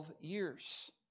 years